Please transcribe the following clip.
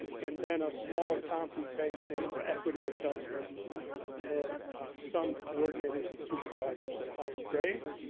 and then a smaller compensation or equity adjustment for some coordinators and supervisors at higher grades,